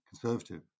conservative